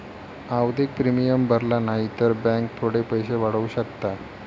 आवधिक प्रिमियम भरला न्हाई तर बॅन्क थोडे पैशे वाढवू शकता